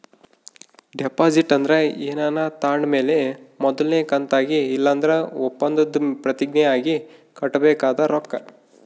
deposit ಅಂದ್ರ ಏನಾನ ತಾಂಡ್ ಮೇಲೆ ಮೊದಲ್ನೇ ಕಂತಾಗಿ ಇಲ್ಲಂದ್ರ ಒಪ್ಪಂದುದ್ ಪ್ರತಿಜ್ಞೆ ಆಗಿ ಕಟ್ಟಬೇಕಾದ ರೊಕ್ಕ